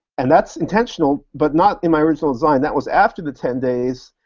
and that's intentional, but not in my original design. that was after the ten days,